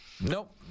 Nope